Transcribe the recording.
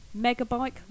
Megabike